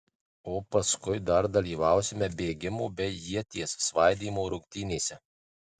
o paskui dar dalyvausime bėgimo bei ieties svaidymo rungtynėse